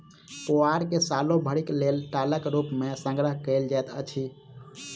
पुआर के सालो भरिक लेल टालक रूप मे संग्रह कयल जाइत अछि